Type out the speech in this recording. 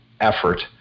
effort